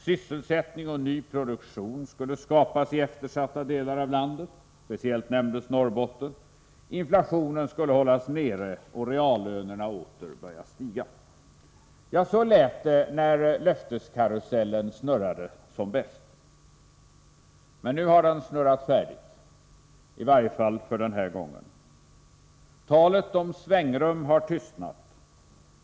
Sysselsättning och ny produktion skulle skapas i eftersatta delar av landet — speciellt nämndes Norrbotten. Inflationen skulle hållas nere och reallönerna åter börja stiga. Ja, så lät det när löfteskarusellen snurrade som bäst. Men nu har den snurrat färdigt, i varje fall för den här gången. Talet om svängrum har tystnat.